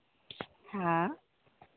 हाँ